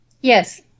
Yes